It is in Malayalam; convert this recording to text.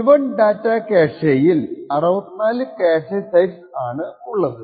L 1 ഡാറ്റാ ക്യാഷെയിൽ 64 ക്യാഷെ സെറ്റ്സ് ഉണ്ട്